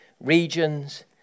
regions